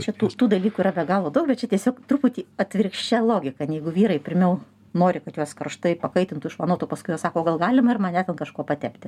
čia tų tų dalykų yra be galo daug bet čia tiesiog truputį atvirkščia logika ane jeigu vyrai pirmiau nori kad juos karštai pakaitintų išvanotų paskui jie sako o gal galima ir mane kažkuo patepti